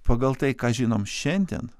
pagal tai ką žinom šiandien